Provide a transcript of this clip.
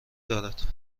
دارد